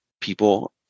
people